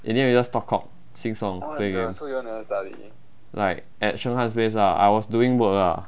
in the end we just talk cock sing song play games like at sheng han place ah I was doing work ah